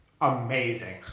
Amazing